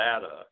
data